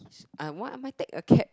uh why I might take a cab